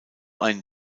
ein